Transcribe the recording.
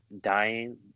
dying